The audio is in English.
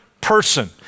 person